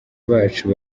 bacu